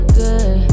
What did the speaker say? good